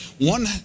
one